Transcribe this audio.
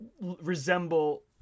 resemble